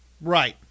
right